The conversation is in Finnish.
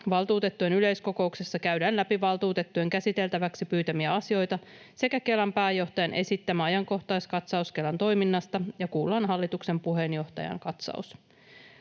Valtuutettujen yleiskokouksessa käydään läpi valtuutettujen käsiteltäväksi pyytämiä asioita sekä Kelan pääjohtajan esittämä ajankohtaiskatsaus Kelan toiminnasta ja kuullaan hallituksen puheenjohtajan katsaus.